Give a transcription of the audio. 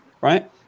Right